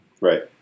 Right